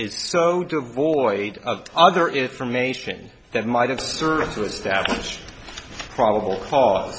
is so devoid of other information that might observe the establish probable cause